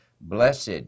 Blessed